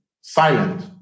silent